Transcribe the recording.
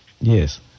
yes